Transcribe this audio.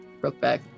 Brokeback